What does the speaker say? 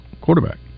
quarterback